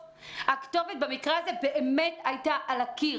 הכתובת במקרה הזה באמת הייתה על הקיר.